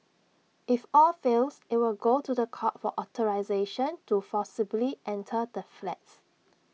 if all fails IT will go to The Court for authorisation to forcibly enter the flats